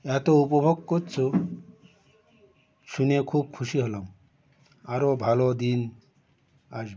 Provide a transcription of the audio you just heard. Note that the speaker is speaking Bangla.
এত উপভোগ করছ শুনে খুব খুশি হলাম আরও ভালো দিন আসবে